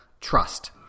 Trust